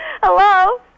Hello